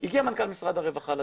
הגיע מנכ"ל משרד הרווחה לדיון.